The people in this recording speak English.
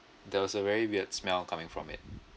there's a very weird smell coming from it